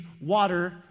water